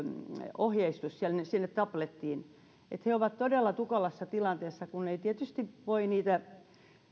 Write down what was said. ohjeistus sinne sinne tablettiin eli he ovat todella tukalassa tilanteessa kun ei tietysti voi niitä